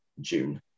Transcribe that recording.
June